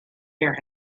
hear